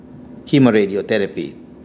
chemoradiotherapy